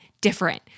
different